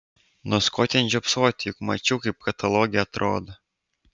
nors ko ten žiopsoti juk mačiau kaip kataloge atrodo